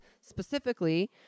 specifically